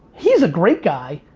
he's a great guy.